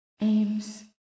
aims